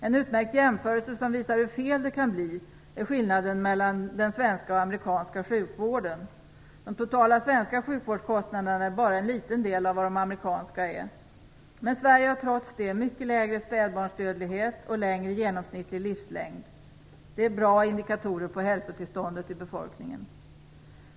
En utmärkt jämförelse som visar hur fel det kan bli är skillnaden mellan den svenska och amerikanska sjukvården. De totala svenska sjukvårdskostnaderna är bara en liten del av vad de amerikanska är. Men Sverige har trots det mycket lägre spädbarnsdödlighet och längre genomsnittlig livslängd. Det är bra indikatorer på hälsotillståndet i befolkningen.